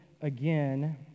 again